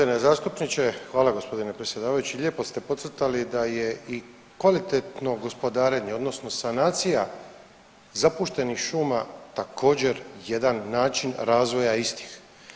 Uvaženi gospodine zastupniče, hvala gospodine predsjedavajući, lijepo ste podcrtali da je i kvalitetno gospodarenje, odnosno sanacija zapuštenih šuma također jedan način razvoja istih.